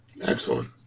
Excellent